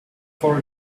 for